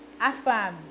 afam